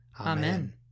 Amen